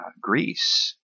Greece